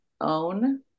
own